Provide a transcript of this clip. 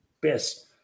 best